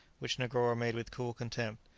which negoro made with cool contempt.